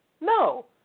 No